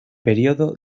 periodo